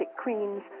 queens